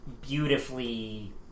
beautifully